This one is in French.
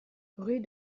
rue